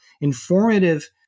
informative